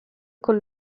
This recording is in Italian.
con